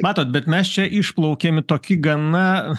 matot bet mes čia išplaukėm į tokį gana